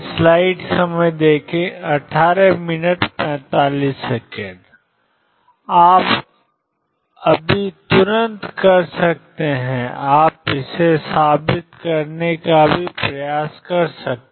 आप अभी तुरंत कर सकते हैं आप इसे साबित करने का भी प्रयास कर सकते हैं